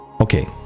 Okay